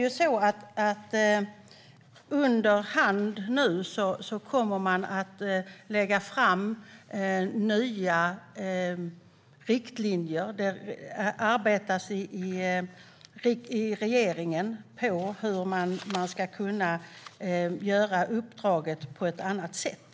Under hand kommer man nu att lägga fram nya riktlinjer, och regeringen arbetar med hur man ska kunna göra uppdraget på ett annat sätt.